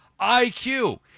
IQ